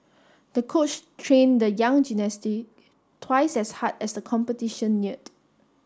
the coach train the young twice as hard as the competition neared